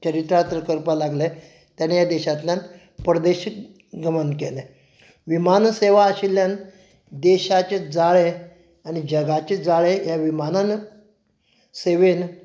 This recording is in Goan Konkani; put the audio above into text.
चरितार्थ करपा लागले ताणे ह्या देशांतल्यान परदेशी गमन केलें विमानसेवा आशिल्ल्यान देशाचें जाळें आनी जगाचें जाळें ह्या विमानान सेवेन